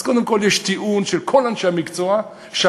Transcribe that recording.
אז קודם כול יש טיעון של כל אנשי המקצוע שמע"מ